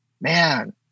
man